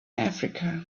africa